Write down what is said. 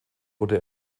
wurde